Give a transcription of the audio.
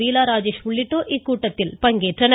பீலா ராஜேஷ் உள்ளிட்டோர் இக்கூட்டத்தில் கலந்து கொண்டனர்